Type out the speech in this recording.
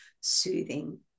soothing